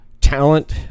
Talent